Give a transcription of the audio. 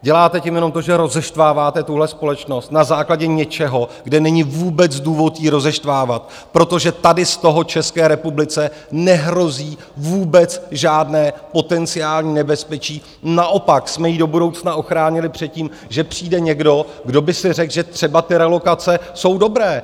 Děláte tím jenom to, že rozeštváváte tuhle společnost na základě něčeho, kde není vůbec důvod ji rozeštvávat, protože tady z toho České republice nehrozí vůbec žádné potenciální nebezpečí, naopak jsme ji do budoucna ochránili před tím, že přijde někdo, kdo by si řekl, že třeba ty relokace jsou dobré.